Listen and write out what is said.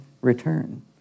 return